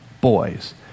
boys